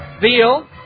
Veal